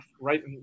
right